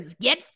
get